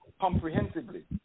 comprehensively